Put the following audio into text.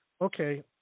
Okay